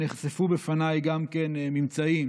נחשפו בפניי ממצאים